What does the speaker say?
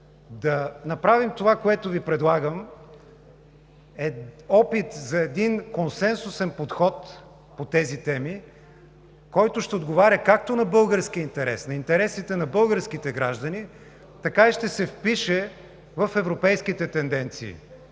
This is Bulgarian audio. в кратко време да направим опит за един консенсусен подход по тези теми, който ще отговаря както на българския интерес, на интересите на българските граждани, така и ще се впише в европейските тенденции